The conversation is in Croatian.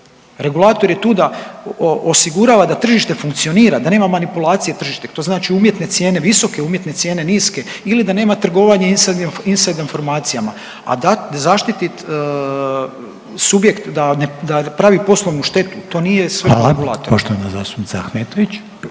Regulator je tu da osigurava da tržište funkcionira, da nema manipulacije tržištem. To znači umjetne cijene, visoke umjetne cijene, niske ili da nema trgovanja in side informacijama a zaštititi subjekt da ne pravi poslovnu štetu to nije svrha regulatora.